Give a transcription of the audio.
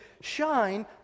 shine